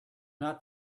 not